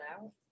out